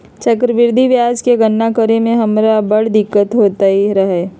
चक्रवृद्धि ब्याज के गणना करे में हमरा बड़ दिक्कत होइत रहै